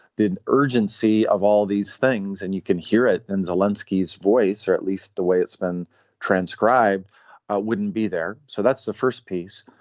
the urgency of all these things and you can hear it in zelinsky is voice or at least the way it's been transcribed wouldn't be there. so that's the first piece.